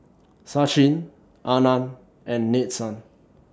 Sachin Anand and Nadesan